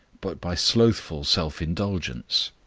but by slothful self-indulgence.